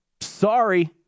Sorry